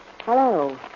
Hello